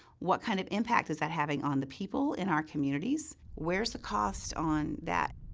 what kind of impact is that having on the people in our communities? where is the cost on that?